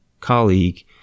colleague